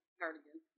cardigan